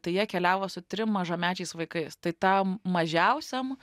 tai jie keliavo su trim mažamečiais vaikais tai tam mažiausiam